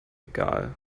egal